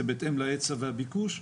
זה בהתאם להיצע ולביקוש.